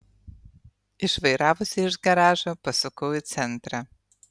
išvairavusi iš garažo pasukau į centrą